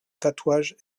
tatouage